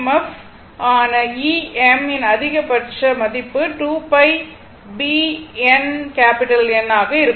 F ஆன Em இன் அதிகபட்ச மதிப்பு 2 π B n N ஆக இருக்கும்